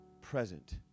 present